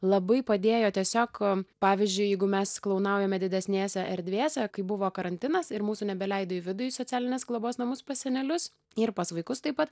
labai padėjo tiesiog pavyzdžiui jeigu mes klounaujame didesnėse erdvėse kai buvo karantinas ir mūsų nebeleido į vidų į socialinės globos namus pas senelius ir pas vaikus taip pat